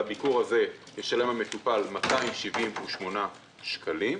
על הביקור הזה ישלם המטופל 278 שקלים.